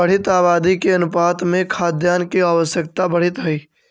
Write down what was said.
बढ़ीत आबादी के अनुपात में खाद्यान्न के आवश्यकता बढ़ीत हई